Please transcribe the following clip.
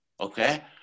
okay